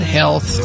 health